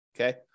Okay